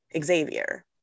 Xavier